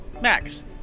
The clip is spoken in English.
Max